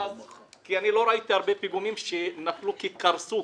כי אני לא ראיתי הרבה פיגומים שנפלו כי קרסו,